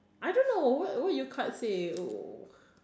I don't know what what your cards say oh